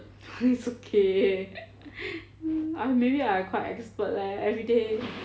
it's okay mm maybe I quite expert leh everyday